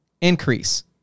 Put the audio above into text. increase